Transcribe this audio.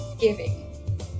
giving